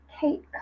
kate